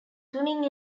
swimming